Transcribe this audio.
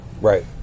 Right